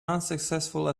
unsuccessful